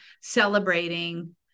celebrating